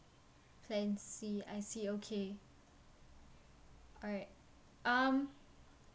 plan C I see okay alright um